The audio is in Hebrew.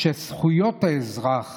שזכויות האזרח